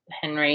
Henry